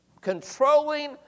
Controlling